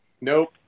Nope